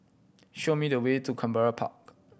show me the way to Canberra Park